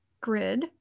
grid